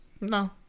No